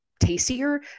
tastier